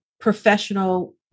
professional